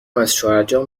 ازشوهرجان